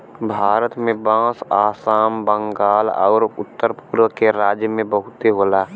भारत में बांस आसाम, बंगाल आउर उत्तर पुरब के राज्य में बहुते होला